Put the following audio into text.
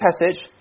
passage